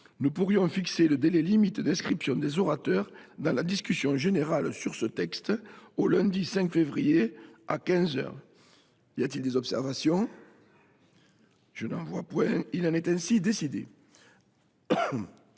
Nous pourrions fixer le délai limite d’inscription des orateurs dans la discussion générale sur ce texte au lundi 5 février, à 15 heures. Y a t il des observations ?… Il en est ainsi décidé.